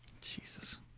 Jesus